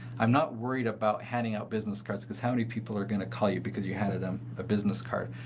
i'm not worried about handing out business cards because how many people are going to call you because you had of them a business card?